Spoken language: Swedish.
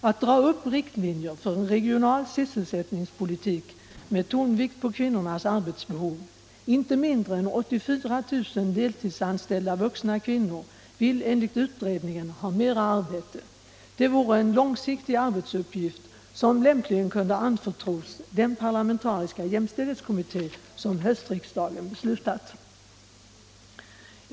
Att dra upp riktlinjer för en regional sysselsättningspolitik med tonvikt på kvinnornas arbetsbehov — inte mindre än 84 000 deltidsanställda vuxna kvinnor vill enligt utredningen ha mera arbete — vore en långsiktig arbetsuppgift, som lämpligen kunde anförtros den parlamentariska jämställdhetskommitté som höstriksdagen beslutat om.